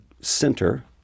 center